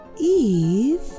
Eve